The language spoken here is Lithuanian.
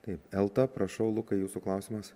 kaip elta prašau lukai jūsų klausimas